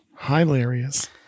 hilarious